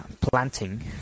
planting